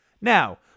Now